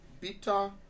bitter